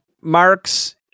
Marx